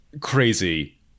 crazy